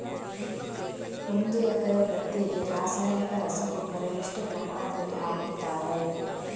ಒಂದು ಎಕರೆ ಗದ್ದೆಗೆ ರಾಸಾಯನಿಕ ರಸಗೊಬ್ಬರ ಎಷ್ಟು ಪ್ರಮಾಣದಲ್ಲಿ ಹಾಕುತ್ತಾರೆ?